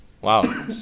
Wow